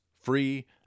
free